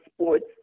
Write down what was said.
sports